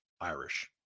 Irish